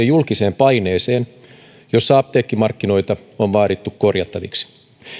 julkiseen paineeseen jossa apteekkimarkkinoita on vaadittu korjattaviksi